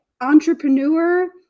entrepreneur